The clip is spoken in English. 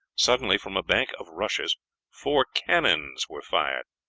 suddenly from a bank of rushes four cannons were fired.